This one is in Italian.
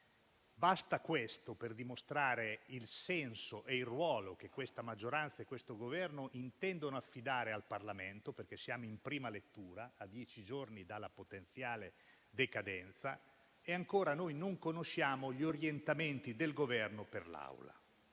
Basta questo per dimostrare il senso e il ruolo che questa maggioranza e questo Governo intendono affidare al Parlamento, perché siamo in prima lettura, a dieci giorni dalla potenziale decadenza del decreto-legge e ancora noi non conosciamo gli orientamenti del Governo per l'Assemblea.